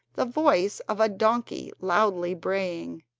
the voice of a donkey loudly braying.